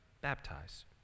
baptize